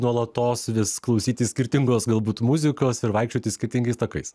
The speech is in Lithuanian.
nuolatos vis klausytis skirtingos galbūt muzikos ir vaikščioti skirtingais takais